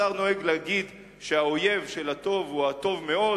השר נוהג להגיד שהאויב של הטוב הוא הטוב-מאוד,